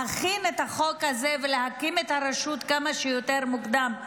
להכין את החוק הזה ולהקים את הרשות כמה שיותר מוקדם,